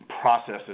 processes